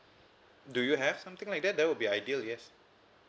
do you have something like that that will be ideal yes